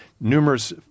numerous